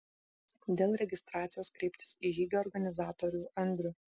dėl registracijos kreiptis į žygio organizatorių andrių